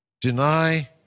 deny